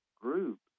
groups